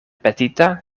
petita